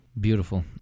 Beautiful